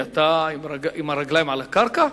אתה עם הרגליים על הקרקע?